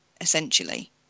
essentially